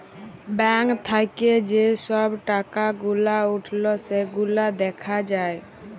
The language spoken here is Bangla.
ব্যাঙ্ক থাক্যে যে সব টাকা গুলা উঠল সেগুলা দ্যাখা যায়